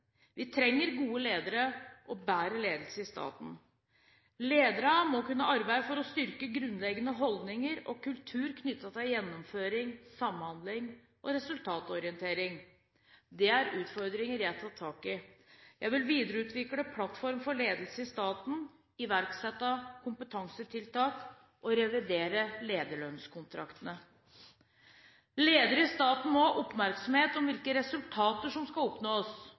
Vi trenger gode ledere og bedre ledelse i staten. Ledere må arbeide med å styrke grunnleggende holdninger og kultur knyttet til gjennomføring, samhandling og resultatorientering. Det er utfordringer jeg tar tak i. Jeg vil videreutvikle plattform for ledelse i staten, iverksette kompetansetiltak og revidere lederlønnskontraktene. Ledere i staten må ha oppmerksomhet om hvilke resultater som skal oppnås,